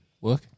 work